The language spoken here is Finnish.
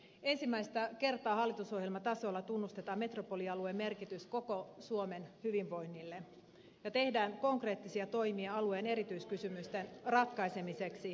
ensimmäistä kertaa hallitusohjelmatasolla tunnustetaan metropolialueen merkitys koko suomen hyvinvoinnille ja tehdään konkreettisia toimia alueen erityiskysymysten ratkaisemiseksi